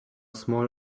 small